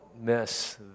miss